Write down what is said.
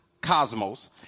cosmos